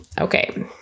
Okay